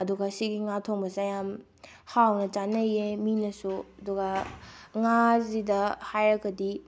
ꯑꯗꯨꯒ ꯁꯤꯒꯤ ꯉꯥ ꯊꯣꯡꯕꯁꯦ ꯌꯥꯝ ꯍꯥꯎꯅ ꯆꯥꯅꯩꯌꯦ ꯃꯤꯅꯁꯨ ꯑꯗꯨꯒ ꯉꯥꯁꯤꯗ ꯍꯥꯏꯔꯒꯗꯤ